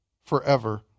Forever